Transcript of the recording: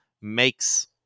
makes